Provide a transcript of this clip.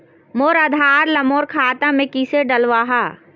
मोर आधार ला मोर खाता मे किसे डलवाहा?